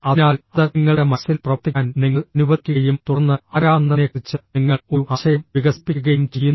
അതിനാൽ അത് നിങ്ങളുടെ മനസ്സിൽ പ്രവർത്തിക്കാൻ നിങ്ങൾ അനുവദിക്കുകയും തുടർന്ന് ആരാണെന്നതിനെക്കുറിച്ച് നിങ്ങൾ ഒരു ആശയം വികസിപ്പിക്കുകയും ചെയ്യുന്നു